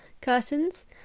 curtains